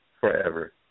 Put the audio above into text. forever